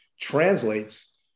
translates